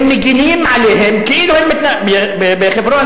הם מגינים עליהם כאילו הם בחברון.